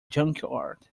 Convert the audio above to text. junkyard